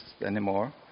anymore